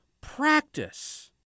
practice